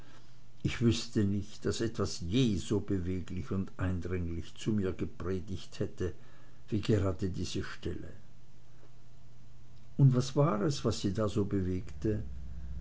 ich wüßte nicht daß etwas je so beweglich und eindringlich zu mir gepredigt hätte wie gerade diese stelle und was war es was sie da so bewegte